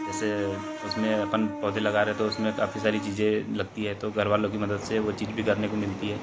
जैसे उसमें अपन पौधे लगा रहे तो उसमें काफ़ी सारी चीज़ें लगती हैं तो घरवालों की मदद से वो चीज़ भी करने को मिलती है